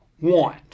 want